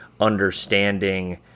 understanding